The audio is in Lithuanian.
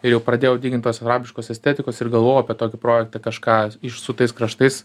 ir jau pradėjau dygint tos arabiškos estetikos ir galvojau apie tokį projektą kažką iš su tais kraštais